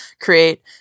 create